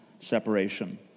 separation